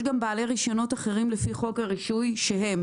יש גם בעלי רישיונות אחרים לפי חוק הרישוי או לא